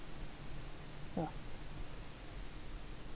!wah!